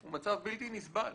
הוא מצב בלתי נסבל.